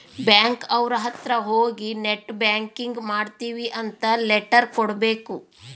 bank ಅವ್ರ ಅತ್ರ ಹೋಗಿ ನೆಟ್ ಬ್ಯಾಂಕಿಂಗ್ ಮಾಡ್ತೀವಿ ಅಂತ ಲೆಟರ್ ಕೊಡ್ಬೇಕು